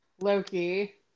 Loki